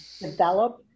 develop